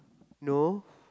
no